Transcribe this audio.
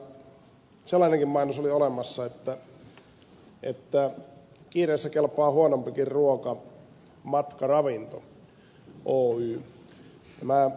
sellainenkin mainos oli olemassa että kiireessä kelpaa huonompikin ruoka matkaravinto oy